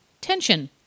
tension